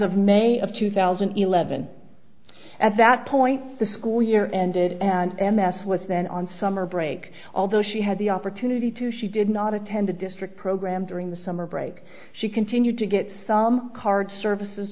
of may of two thousand and eleven at that point the school year ended and m s was then on summer break although she had the opportunity to she did not attend a district program during the summer break she continued to get some card services